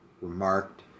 remarked